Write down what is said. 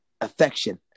affection